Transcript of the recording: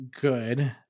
good